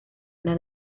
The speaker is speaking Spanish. una